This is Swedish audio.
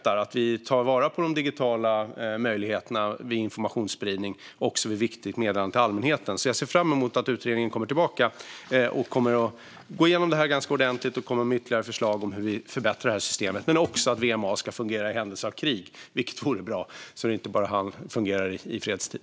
Att vi tar vara på de digitala möjligheterna när det gäller informationsspridning också vid Viktigt meddelande till allmänheten tror jag är en utveckling som människor uppskattar. Jag ser fram emot att utredningen går igenom detta ordentligt och kommer med ytterligare förslag på hur vi kan förbättra detta system. Det handlar också om att VMA ska fungera i händelse av krig; det vore bra om det inte bara fungerar i fredstid.